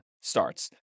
starts